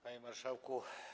Panie Marszałku!